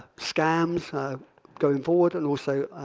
scams going forward and also